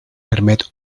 permet